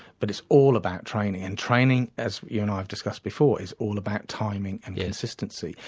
but it's all about training. and training, as you and i have discussed before, is all about timing and consistency,